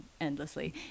endlessly